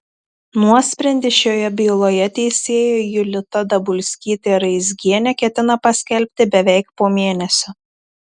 nuosprendį šioje byloje teisėja julita dabulskytė raizgienė ketina paskelbti beveik po mėnesio